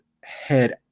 head